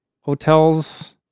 hotels